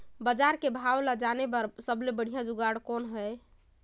बजार के भाव ला जाने बार सबले बढ़िया जुगाड़ कौन हवय?